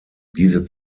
diese